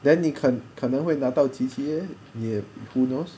then 你可可能会拿到 qiqi eh 你也 who knows